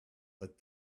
but